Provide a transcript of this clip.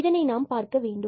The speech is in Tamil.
இதை நாம் பார்க்க வேண்டும்